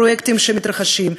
הפרויקטים שמתרחשים,